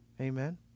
Amen